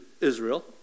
Israel